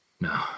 no